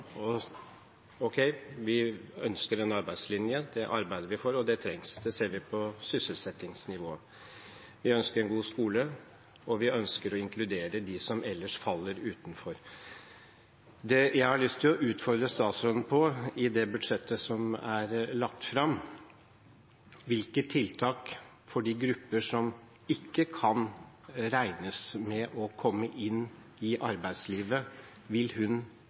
Vi ønsker en arbeidslinje. Det arbeider vi for, og det trengs; det ser vi på sysselsettingsnivået. Vi ønsker en god skole, og vi ønsker å inkludere dem som ellers faller utenfor. Det jeg har lyst til å utfordre statsråden på i det budsjettet som er lagt fram, er: Hvilke tiltak for de grupper som ikke kan regne med å komme inn i arbeidslivet, vil hun